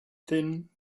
thin